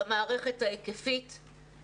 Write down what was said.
גם בין המגזר הדתי למגזר החילוני,